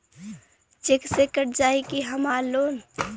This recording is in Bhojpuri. चेक से कट जाई की ना हमार लोन?